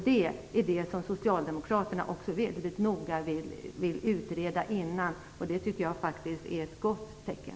Det vill Socialdemokraterna utreda mycket noga innan ett beslut fattas. Det tycker jag faktiskt är ett gott tecken.